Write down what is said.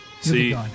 See